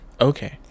Okay